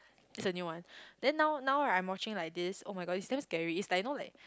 is the new one then now now right I'm watching like this [oh]-my-god is damn scary it's like know like